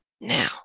Now